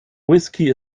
whisky